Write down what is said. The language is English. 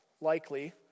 likely